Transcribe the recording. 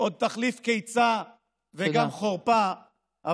עוד תחליף קיצה וגם חורפה,